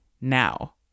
now